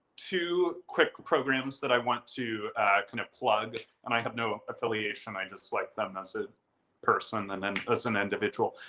two quick programs that i want to kind of plug and i have no affiliation, i just like them as a person and then as an individual.